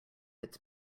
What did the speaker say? its